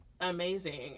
amazing